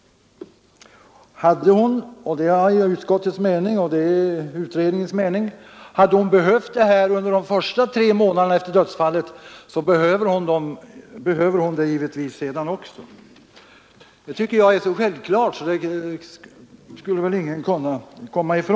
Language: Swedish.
Behöver hon det här stödet under de tre första månaderna efter dödsfallet — vilket är utskottets och utredningens mening — behöver hon det givetvis sedan också. Jag anser att det är så självklart att ingen kan bestrida det.